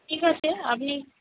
ঠিক আছে আপনি